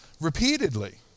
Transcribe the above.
repeatedly